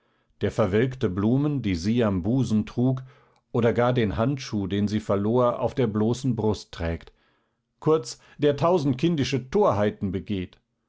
der verwelkte blumen die sie am busen trug oder gar den handschuh den sie verlor auf der bloßen brust trägt kurz der tausend kindische torheiten begeht